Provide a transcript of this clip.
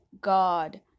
God